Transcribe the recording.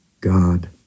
God